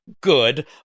Good